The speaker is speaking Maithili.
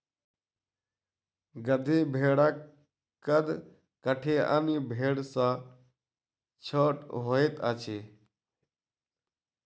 गद्दी भेड़क कद काठी अन्य भेड़ सॅ छोट होइत अछि